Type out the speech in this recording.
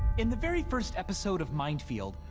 in the very first episode of mind field,